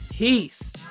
Peace